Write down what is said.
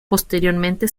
posteriormente